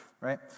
right